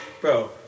bro